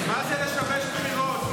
מה זה, לשבש בחירות?